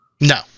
No